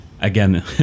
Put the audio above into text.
again